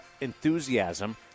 enthusiasm